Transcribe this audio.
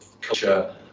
culture